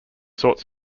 sorts